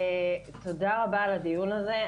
תודה רבה על הדיון הזה,